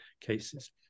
cases